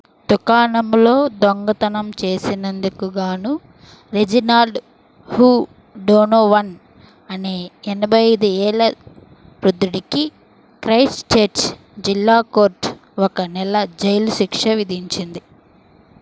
దుకాణంలో దొంగతనం చేసినందుకు గాను రెజినాల్డ్ హ్యూ డోనోవన్ అనే ఎనభై ఐదు ఏళ్ల వృద్ధుడికి క్రైస్ట్చర్చ్ జిల్లా కోర్టు ఒక నెల జైలు శిక్ష విధించింది